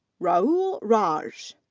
rahul raj.